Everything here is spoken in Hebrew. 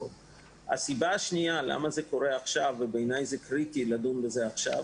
הסיבה השנייה שזה קורה עכשיו ובעיני זה קריטי לדון בזה עכשיו,